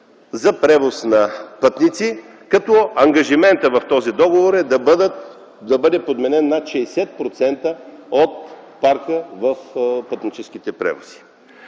за превоз на пътници, като ангажиментът в договора е да бъде подменен над 60% от парка в пътническите превози.